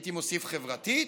והייתי מוסיף חברתית,